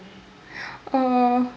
oh